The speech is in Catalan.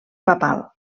papal